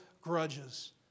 grudges